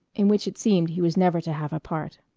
in which it seemed he was never to have a part.